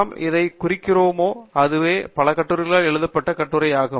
நாம் எதைக் குறிக்கிறோமோ அதுவே பல கட்டுரைகளால் எழுதப்பட்ட கட்டுரையாகும்